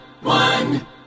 one